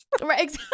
right